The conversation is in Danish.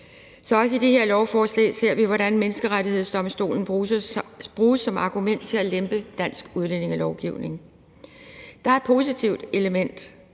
Så også i det her lovforslag ser vi, hvordan Menneskerettighedsdomstolen bruges som argument for at lempe dansk udlændingelovgivning. Der er et positivt element,